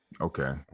Okay